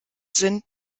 sind